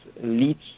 leads